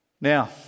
Now